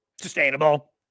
Sustainable